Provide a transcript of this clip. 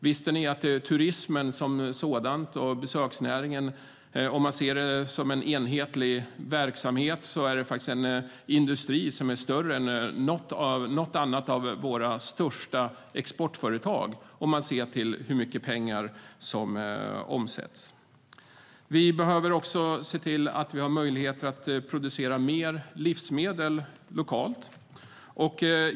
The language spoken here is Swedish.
Visste ni att turismen som sådan och besöksnäringen, om man ser dem som en enhetlig verksamhet, faktiskt är en industri som är större än något annat av våra största exportföretag sett till hur mycket pengar som omsätts? Vi behöver också se till att vi har möjligheter att producera mer livsmedel lokalt.